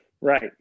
Right